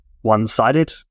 one-sided